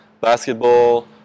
basketball